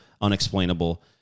unexplainable